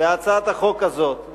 בהצעת החוק הזאת,